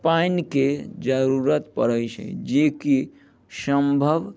पानिके जरूरत पड़ैत छै जेकि सम्भव